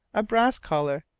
a brass collar,